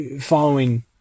following